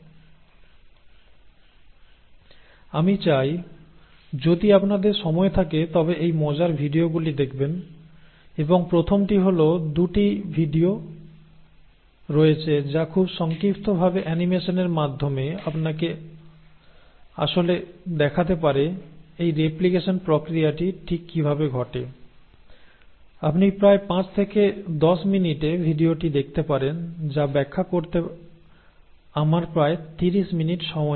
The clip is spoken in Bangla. আমি চাই যদি আপনাদের সময় থাকে তবে এই মজার ভিডিওগুলি দেখবেন এবং প্রথমটি হল 2 টি ভিডিও রয়েছে যা খুব সংক্ষিপ্তভাবে অ্যানিমেশনের মাধ্যমে আপনাকে আসলে দেখাতে পারে এই রেপ্লিকেশন প্রক্রিয়াটি ঠিক কিভাবে ঘটে আপনি প্রায় 5 থেকে 10 মিনিটে ভিডিওটি দেখতে পারেন যা ব্যাখ্যা করতে আমার প্রায় 30 মিনিট সময় নিয়েছে